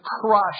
crush